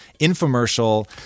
infomercial